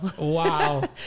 wow